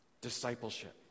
Discipleship